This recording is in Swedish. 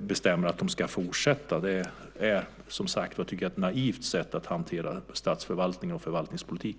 bestämmer att de inte ska fortsätta att finnas kvar. Det tycker jag är, som sagt, ett naivt sätt att hantera statsförvaltning och förvaltningspolitik.